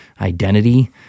identity